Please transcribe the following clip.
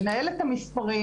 לנהל את המספרים,